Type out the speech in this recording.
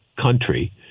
country